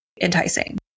enticing